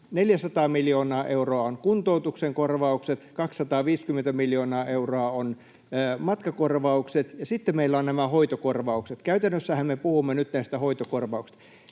400 miljoonaa euroa ovat kuntoutuksen korvaukset, 250 miljoonaa euroa ovat matkakorvaukset, ja sitten meillä on nämä hoitokorvaukset. Käytännössähän me puhumme nyt näistä hoitokorvauksista.